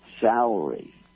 salary